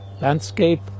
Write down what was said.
landscape